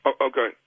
Okay